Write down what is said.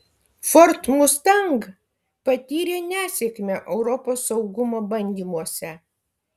ford mustang patyrė nesėkmę europos saugumo bandymuose